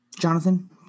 Jonathan